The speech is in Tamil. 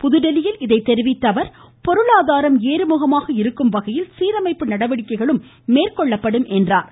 புதுதில்லியில் இதை தெரிவித்த அவர் பொருளாதாரம் ஏறுமுகமாக இருக்கும் வகையில் சீரமைப்பு நடவடிக்கைகளும் மேற்கொள்ளப்படும் என்றார்